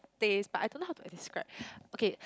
taste but I don't know how to describe okay